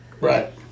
Right